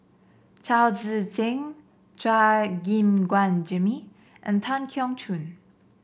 Chao Tzee Cheng Chua Gim Guan Jimmy and Tan Keong Choon